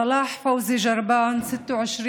סלאח פאוזי ג'רבאן, בן 26,